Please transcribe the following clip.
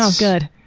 good.